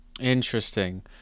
Interesting